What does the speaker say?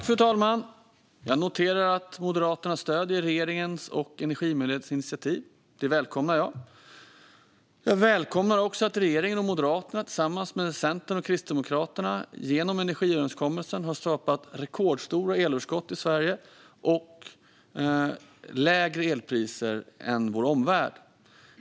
Fru talman! Jag noterar att Moderaterna stöder regeringens och Energimyndighetens initiativ. Det välkomnar jag. Jag välkomnar också att regeringen och Moderaterna tillsammans med Centern och Kristdemokraterna genom energiöverenskommelsen har skapat rekordstora elöverskott i Sverige och lägre elpriser än i vår omvärld.